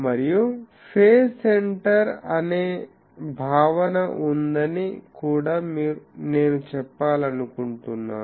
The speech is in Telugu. మరియు ఫేజ్ సెంటర్ అనే భావన ఉందని కూడా నేను చెప్పాలనుకుంటున్నాను